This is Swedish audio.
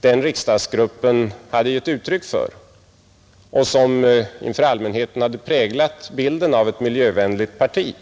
den riksdagsgruppen hade gett uttryck för och som inför allmänheten hade präglat bilden av ett miljövänligt parti.